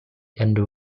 and